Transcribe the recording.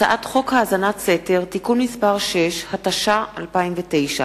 הצעת חוק האזנת סתר (תיקון מס' 6), התש"ע 2009,